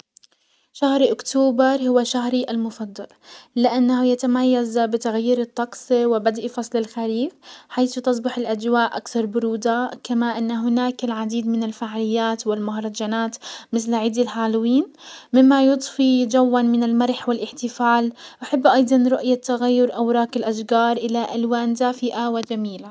شهر اكتوبر هو شهري المفضل لانه يتميز بتغيير الطقس وبدء فصل الخريف، حيث تصبح الاجواء اكثر برودة، كما ان هناك العديد من الفعاليات والمهرجانات مسل عيد الهالوين، مما يضفي جوا من المرح والاحتفال. احب ايضا رؤية تغير اوراق الاشجار الى الوان زافئة وجميلة.